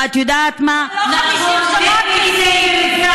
ואת יודעת מה, זה לא 50 שנה.